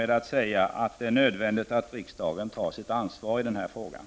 Det är nödvändigt att riksdagen här tar sitt ansvar.